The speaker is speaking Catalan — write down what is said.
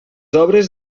obres